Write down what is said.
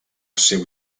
seu